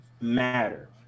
matter